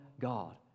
God